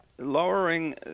Lowering